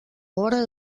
vora